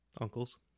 Uncles